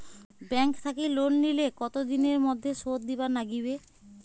Bank থাকি loan নিলে কতো দিনের মধ্যে শোধ দিবার নাগিবে?